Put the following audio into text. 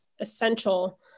essential